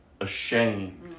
ashamed